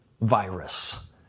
virus